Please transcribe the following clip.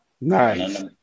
Nice